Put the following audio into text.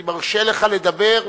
אני מרשה לך לדבר,